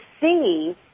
see